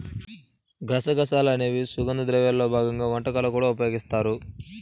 గసగసాలు అనేవి సుగంధ ద్రవ్యాల్లో భాగంగా వంటల్లో కూడా ఉపయోగిస్తారు